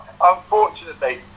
unfortunately